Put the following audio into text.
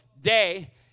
day